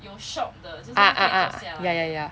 ah ah ah ya ya ya